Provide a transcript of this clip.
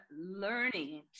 learning